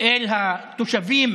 אל התושבים